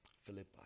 philippi